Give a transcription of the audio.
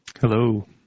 Hello